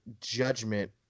judgment